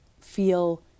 feel